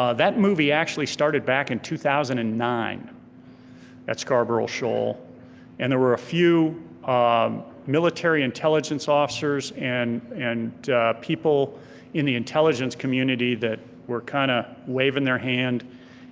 ah that movie actually started back in two thousand and nine at scarborough shoal and there were a few um military intelligence officers and and people in the intelligence community that were kinda waving their hand